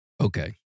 Okay